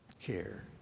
care